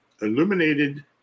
illuminated